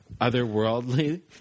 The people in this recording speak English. otherworldly